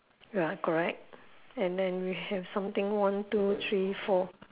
ya correct and then we have something one two three four